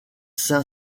saint